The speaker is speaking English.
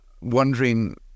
wondering